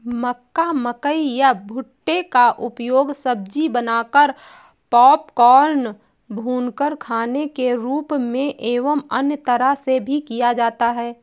मक्का, मकई या भुट्टे का उपयोग सब्जी बनाकर, पॉपकॉर्न, भूनकर खाने के रूप में एवं अन्य तरह से भी किया जाता है